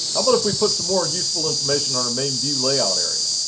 how about if we put some more useful information on our main view layout area?